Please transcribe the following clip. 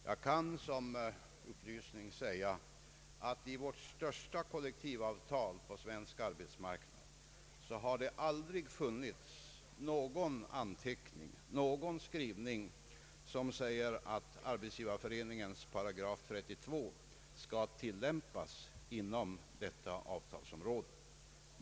Jag kan som upplysning nämna att det i vårt största kollektivavtal på svensk arbetsmarknad aldrig funnits någon anteckning eller skrivning som innebär att § 32 i Arbetsgivareföreningens stadgar skall tillämpas inom det berörda avtalsområdet.